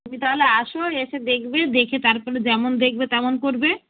তুমি তাহলে আসো এসে দেখবে দেখে তারপরে যেমন দেখবে তেমন করবে